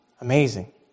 Amazing